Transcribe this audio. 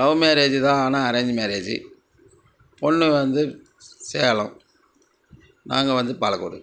love marriage தான் ஆனால் arrange marriage பொண்ணு வந்து சேலம் நாங்கள் வந்து பாலக்கோடு